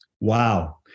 Wow